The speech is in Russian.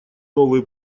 новые